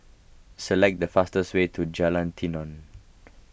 select the fastest way to Jalan Tenon